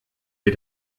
wir